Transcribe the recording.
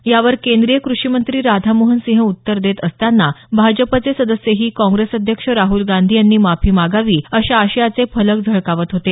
यावर केंद्रीय कृषी मंत्री राधामोहनसिंह उत्तर देत असताना भाजपचे सदस्यही काँग्रेस अध्यक्ष राहल गांधी यांनी माफी मागावी अशा आशयाचे फलक झळकावत होते